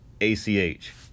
ACH